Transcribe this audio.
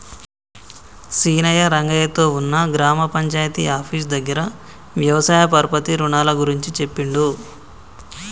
సీనయ్య రంగయ్య తో ఉన్న గ్రామ పంచాయితీ ఆఫీసు దగ్గర వ్యవసాయ పరపతి రుణాల గురించి చెప్పిండు